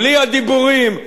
בלי הדיבורים,